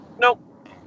Nope